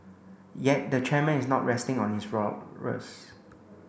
yet the chairman is not resting on his laurels